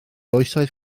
oesoedd